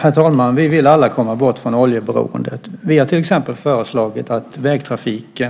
Herr talman! Vi vill alla komma bort från oljeberoendet. Vi har till exempel föreslagit att